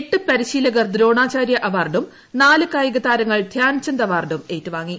എട്ട് പരിശീലകർ ദ്രോണാചാര്യ അവാർഡും നാല് കായികതാരങ്ങൾ ധ്യാൻചന്ദ് അവാർഡും ഏറ്റുവാങ്ങി